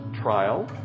trial